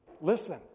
Listen